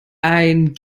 ein